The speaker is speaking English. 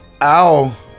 Ow